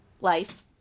life